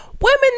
women